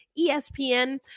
ESPN